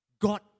god